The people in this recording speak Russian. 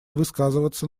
высказываться